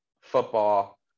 football